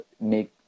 make